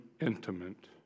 intimate